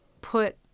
put